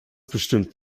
bestimmt